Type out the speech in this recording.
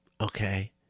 Okay